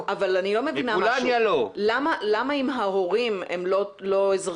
האבא של סלים נרשם בשנת 51' לאחר הרישום ההמוני של אנשים,